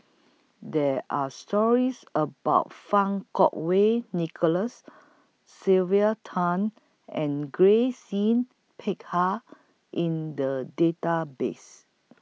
There Are stories about Fang Kuo Wei Nicholas Sylvia Tan and Grace Yin Peck Ha in The Database